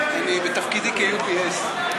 אני בתפקידי כ-UPS.